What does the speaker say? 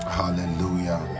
hallelujah